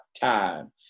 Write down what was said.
time